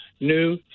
new